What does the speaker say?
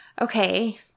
Okay